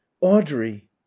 audrey